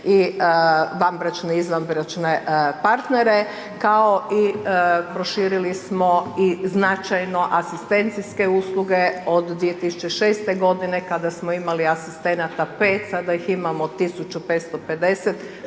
i vanbračne i izvanbračne partnere kao i proširili smo i značajno asistencijske usluge od 2006. g. kada smo imali asistenata 5, sada ih imamo 1550,